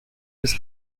his